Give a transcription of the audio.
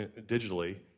digitally